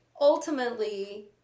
ultimately